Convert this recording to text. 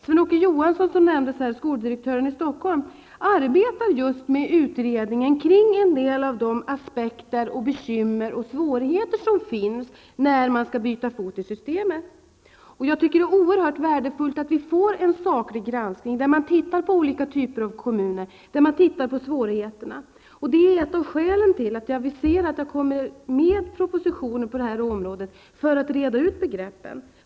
Skoldirektören i Stockholm, Sven Åke Johansson, arbetar med en utredning kring de aspekter, bekymmer och svårigheter som uppstår när man skall byta fot i systemet. Jag tror att det är oerhört värdefullt att det blir en saklig granskning där man ser till olika typer av kommuner och svårigheterna där. Det är ett av skälen till att jag har aviserat att det skall komma en proposition på området för att reda ut begreppen.